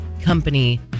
company